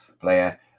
player